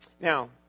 Now